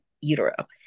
utero